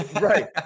right